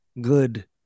Good